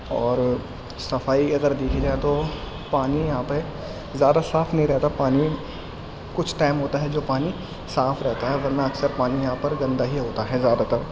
اور صفائی اگر دیکھی جائے تو پانی یہاں پہ زیادہ صاف نہیں رہتا پانی کچھ ٹائم ہوتا ہے جو پانی صاف رہتا ہے ورنہ اکثر پانی یہاں پر گندہ ہی ہوتا ہے زیادہ تر